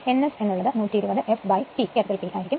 nS എന്ന് ഉള്ളത് 120 fP ആയിരിക്കും